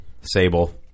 Sable